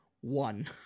one